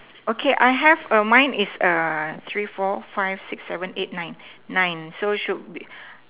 okay I have err mine is err three four five six seven eight nine nine so should be